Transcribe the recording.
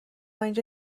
اینجا